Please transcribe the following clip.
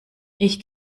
ich